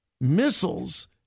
Missiles